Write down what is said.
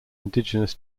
indigenous